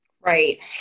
Right